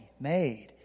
made